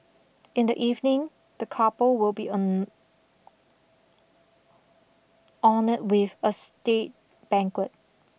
in the evening the couple will be honoured with a state banquet